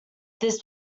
this